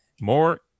More